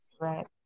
Right